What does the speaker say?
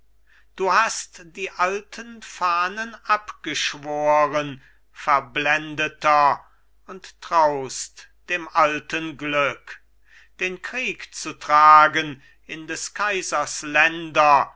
du hast die alten fahnen abgeschworen verblendeter und traust dem alten glück den krieg zu tragen in des kaisers länder